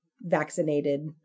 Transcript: vaccinated